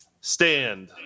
Stand